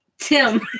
Tim